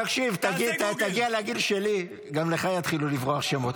תקשיב, תגיע לגיל שלי וגם לך יתחילו לברוח שמות.